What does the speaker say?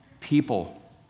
people